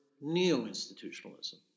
neo-institutionalism